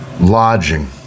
lodging